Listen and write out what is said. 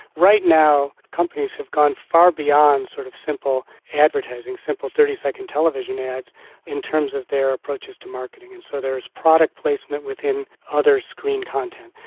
right now companies have gone far beyond sort of simple advertising, simple thirty second television ads in terms of their approaches to marketing. and so there is product placement within other screen content,